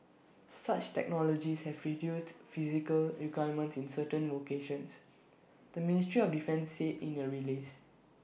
such technologies have reduced physical requirements in certain vocations the ministry of defence said in A release